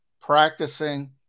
practicing